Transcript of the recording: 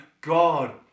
God